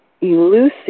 elusive